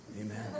amen